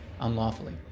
unlawfully